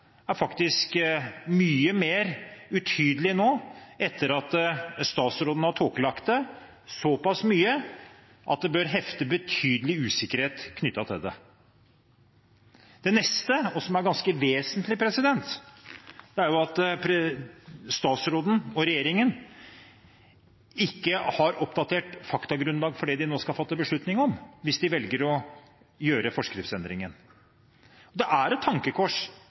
faktisk er mye mer utydelig nå, etter at statsråden har tåkelagt det såpass mye at det bør hefte betydelig usikkerhet ved det. Det neste, som er ganske vesentlig, er at statsråden og regjeringen ikke har et oppdatert faktagrunnlag for det de nå skal fatte en beslutning om, hvis de velger å gjøre forskriftsendringen. Det er et tankekors